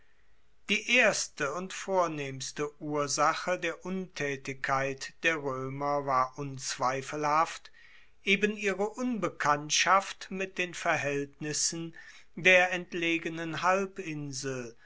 die erste und vornehmste ursache der untaetigkeit der roemer war unzweifelhaft eben ihre unbekanntschaft mit den verhaeltnissen der entlegenen halbinsel